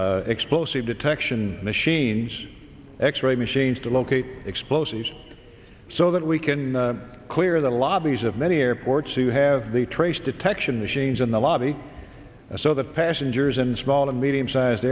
with explosive detection machines x ray machines to locate explosives so that we can clear the lobbies of many airports to have the trace detection machines in the lobby and so that passengers in small and medium size